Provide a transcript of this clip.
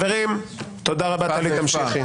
חברים, תודה רבה, טלי, תמשיכי.